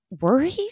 worried